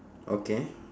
okay